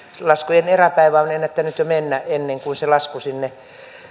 laskujen eräpäivä on on ennättänyt jo mennä ennen kuin se lasku sinne